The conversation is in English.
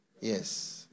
Yes